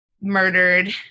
murdered